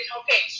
okay